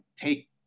take